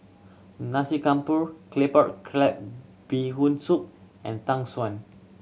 Nasi Campur Claypot Crab Bee Hoon Soup and tang